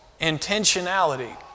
intentionality